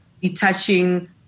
detaching